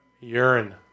Urine